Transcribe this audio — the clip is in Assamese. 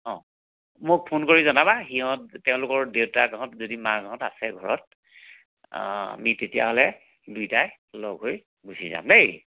মোক ফোন কৰি জনাবা সিহঁত তেওঁলোকৰ দেউতাকহঁত যদি মাকহঁত যদি আছে ঘৰত আমি তেতিয়াহ'লে দুইটাই লগ হৈ গুচি যাম দেই